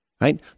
right